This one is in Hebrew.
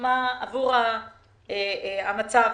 עבור המצב.